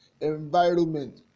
environment